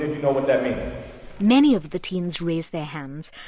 you know and many of the teens raise their hands.